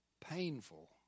painful